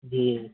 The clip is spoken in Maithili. जी